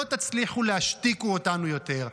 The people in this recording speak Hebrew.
לא תצליחו להשתיק אותנו יותר.